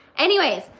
anyways,